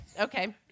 okay